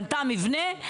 קנתה מבנה,